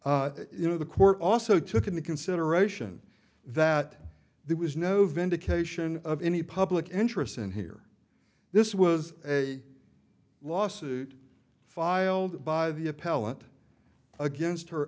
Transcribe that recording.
you know the court also took into consideration that there was no vindication of any public interest in here this was a lawsuit filed by the appellant against her